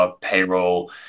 payroll